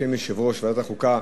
בשם יושב-ראש ועדת החוקה,